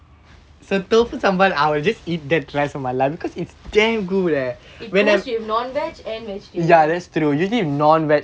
it goes with non veg and vegetarian